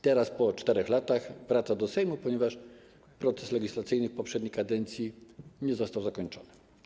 Teraz, po 4 latach, wraca do Sejmu, ponieważ proces legislacyjny w poprzedniej kadencji nie został zakończony.